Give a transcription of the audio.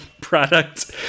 product